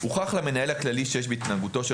"הוכח למנהל הכללי שיש בהתנהגותו של